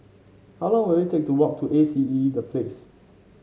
how long will it take to walk to A C E The Place